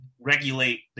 regulate